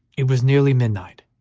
it was nearly midnight.